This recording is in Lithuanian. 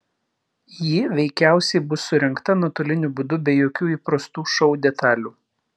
ji veikiausiai bus surengta nuotoliniu būdu be jokių įprastų šou detalių